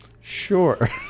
Sure